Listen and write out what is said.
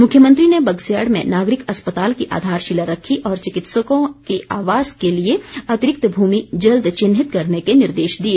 मुख्यमंत्री ने बगस्याड़ में नागरिक अस्पताल की आधारशिला रखी और चिकित्सकों के आवास के लिए अतिरिक्त भूमि जल्द चिन्हित करने के निर्देश दिए